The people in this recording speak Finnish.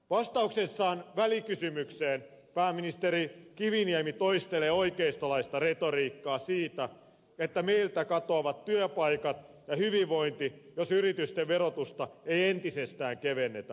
vastauksessaan välikysymykseen pääministeri kiviniemi toistelee oikeistolaista retoriikkaa siitä että meiltä katoavat työpaikat ja hyvinvointi jos yritysten verotusta ei entisestään kevennetä